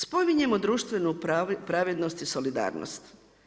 Spominjemo društvenu pravednost i solidarnost.